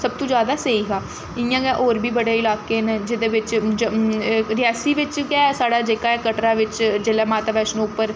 सब तो जैदा स्हेई हा इ'यां गै होर बी बड़े इलाके न जेह्दे बिच्च जम्म रियासी बिच्च बी गै साढ़ा जेह्का ऐ कटरा बिच्च जेल्लै माता बैष्णो उप्पर